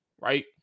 Right